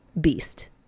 beast